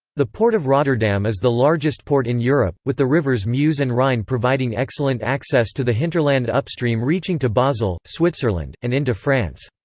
the port of rotterdam is the largest port in europe, with the rivers meuse and rhine providing excellent access to the hinterland upstream reaching to basel, switzerland, and into france.